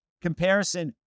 comparison